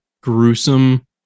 gruesome